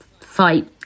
fight